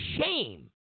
shame